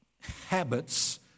habits